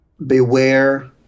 Beware